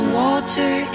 water